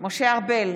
משה ארבל,